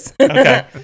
Okay